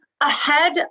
ahead